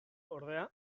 ordea